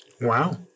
Wow